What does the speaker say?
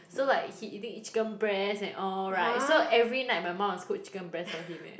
so like he eating chicken breast and all right so every night my mum must cook chicken breast for him eh